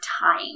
time